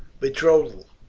betrothal